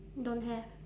don't have